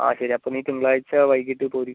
ആ ശരി അപ്പോൾ നീ തിങ്കളാഴ്ച്ച വൈകിട്ട് പോര്